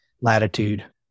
latitude